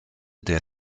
der